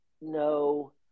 no